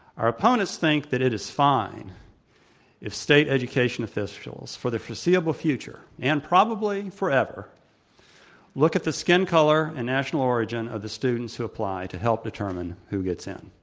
ah ur opponents think that it is fine if state education officials, for the foreseeable future and probably forever look at the skin color and national origin of the students who apply to help d etermine who gets in.